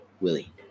Willie